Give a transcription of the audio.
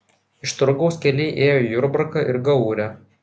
iš turgaus keliai ėjo į jurbarką ir gaurę